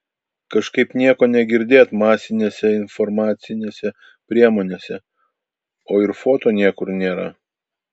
kažkaip nieko negirdėt masinėse informacinėse priemonėse o ir foto niekur nėra